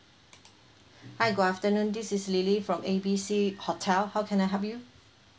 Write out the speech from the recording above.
hi good afternoon this is lily from A B C hotel how can I help you